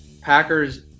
Packers